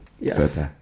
Yes